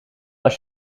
als